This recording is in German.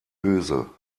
öse